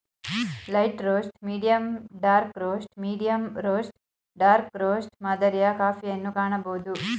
light roast, medium dark roast, medium roast dark roast ಮಾದರಿಯ ಕಾಫಿಯನ್ನು ಕಾಣಬೋದು